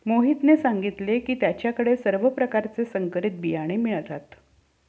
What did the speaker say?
मोहितने सांगितले की त्याच्या कडे सर्व प्रकारचे संकरित बियाणे मिळतात